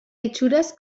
itxuraz